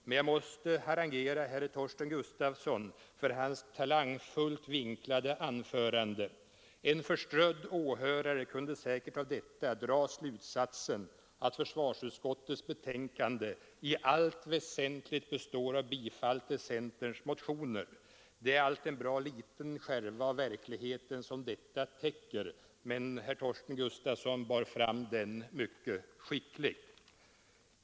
Men jag måste harangera herr Torsten Gustafsson i Stenkyrka för hans talangfullt vinklade anförande. En förströdd åhörare kunde säkerligen av detta dra slutsatsen, att försvarsutskottets betänkande i allt väsentligt består av bifall till centerns motioner. Det är allt en bra liten skärva av verkligheten som detta täcker, men Torsten Gustafsson bar fram den mycket skickligt.